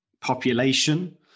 Population